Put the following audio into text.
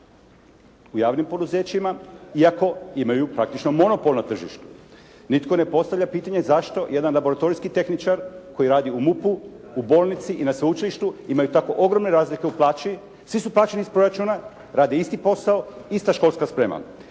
u javnim poduzećima iako imaju praktično monopolno tržište. Nitko ne postavlja pitanje zašto jedan laboratorijski tehničar koji radi u MUP-u, u bolnici i na sveučilištu imaju tako ogromne razlike u plaći. Svi su plaćeni iz proračuna, rade isti posao, ista školska sprema.